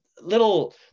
little